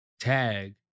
Tag